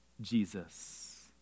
Jesus